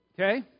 Okay